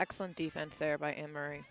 excellent defense there by emery